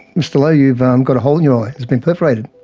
mr lowe, you've um got a hole in your eye, it's been perforated,